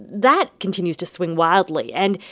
that continues to swing wildly. and,